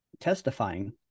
testifying